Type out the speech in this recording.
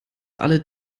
alle